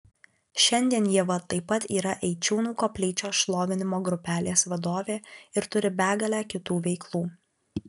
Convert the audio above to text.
šiandien ieva taip pat yra eičiūnų koplyčios šlovinimo grupelės vadovė ir turi begalę kitų veiklų